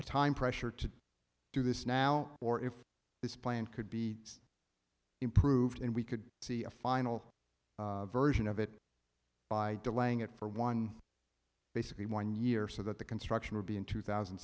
a time pressure to do this now or if this plan could be improved and we could see a final version of it by delaying it for one basically one year so that the construction would be in two thousand